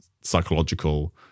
psychological